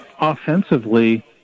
offensively